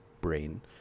brain